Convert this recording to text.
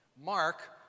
Mark